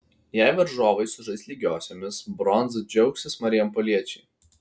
jei varžovai sužais lygiosiomis bronza džiaugsis marijampoliečiai